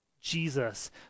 Jesus